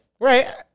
Right